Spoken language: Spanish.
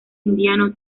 indiano